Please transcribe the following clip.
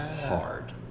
hard